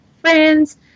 friends